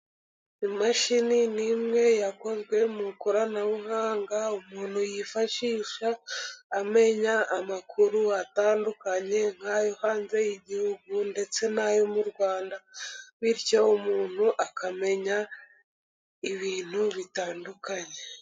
Imashini ni imwe yakozwe mu ikoranabuhanga, umuntu yifashisha amenya amakuru atandukanye, nk'ayo hanze y'igihugu ndetse n'ayo mu Rwanda, bityo umuntu akamenya ibintu bitandukanye.